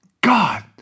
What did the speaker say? God